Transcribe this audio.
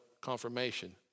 confirmation